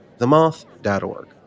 themoth.org